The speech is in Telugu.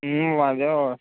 అదే